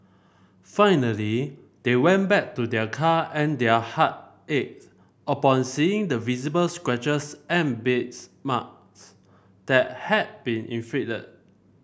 finally they went back to their car and their heart ached upon seeing the visible scratches and bites marks that had been inflicted